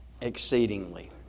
exceedingly